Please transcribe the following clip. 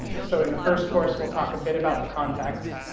so in the first course, we'll talk a bit about the context.